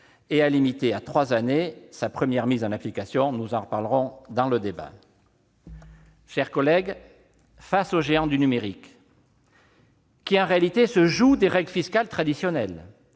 et à limiter à trois années sa première mise en application- nous en reparlerons dans la discussion des articles. Mes chers collègues, face aux géants du numérique, qui se jouent des règles fiscales traditionnelles,